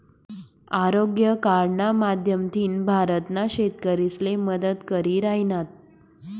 आरोग्य कार्डना माध्यमथीन भारतना शेतकरीसले मदत करी राहिनात